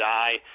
die